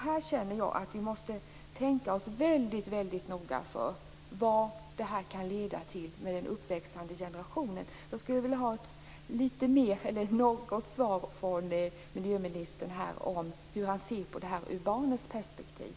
Här känner jag att vi måste tänka oss väldigt noga för när det gäller vad det här kan leda till för den uppväxande generationen. Jag skulle vilja ha ett svar från miljöministern när det gäller hur han ser på det här ur barnens perspektiv.